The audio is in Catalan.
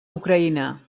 ucraïna